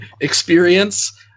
experience